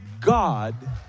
God